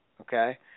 okay